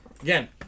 Again